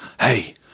Hey